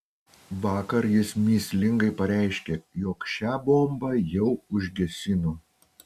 vakar jis mįslingai pareiškė jog šią bombą jau užgesino